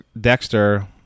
Dexter